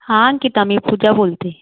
हां अंकिता मी पूजा बोलते